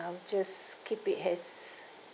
I will just keep it as